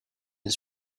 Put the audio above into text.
een